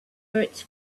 its